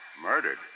Murdered